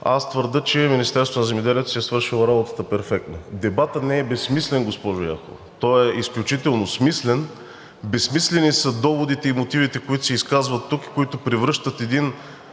аз твърдя, че Министерството на земеделието си е свършило работата перфектно. Дебатът не е безсмислен, госпожо Яхова, той е изключително смислен, безсмислени са доводите и мотивите, които се изказват тук, които отново превръщат един